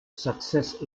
success